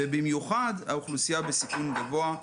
ובמיוחד האוכלוסייה בסיכון גבוה,